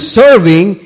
serving